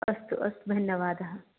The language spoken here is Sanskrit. अस्तु अस्तु धन्यवादः